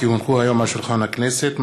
כי הונחו היום על שולחן הכנסת,